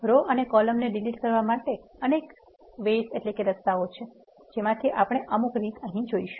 row અને column ને delete કરવા માટેના અનેક રસ્તાઓ છે જેમાથી આપણે અમુક રીત અહી જોઇશુ